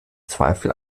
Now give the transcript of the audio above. zweifel